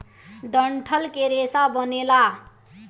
डंठल के रेसा बनेला